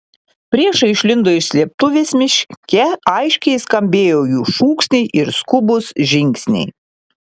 priešai išlindo iš slėptuvės miške aiškiai skambėjo jų šūksniai ir skubūs žingsniai